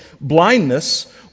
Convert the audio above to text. blindness